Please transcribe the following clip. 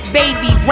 baby